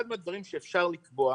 אחד מהדברים שאפשר לקבוע,